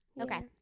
Okay